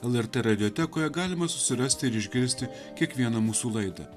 lrt radiatekoje galima susirasti ir išgirsti kiekvieną mūsų laida